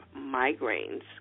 migraines